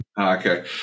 Okay